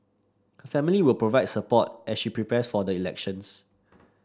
her family will provide support as she prepares for the elections